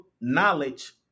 knowledge